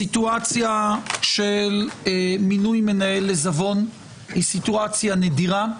הסיטואציה של מינוי מנהל עזבון היא סיטואציה נדירה: